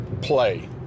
play